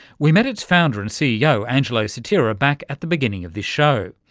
we met its founder and ceo angelo sotira back at the beginning of this show.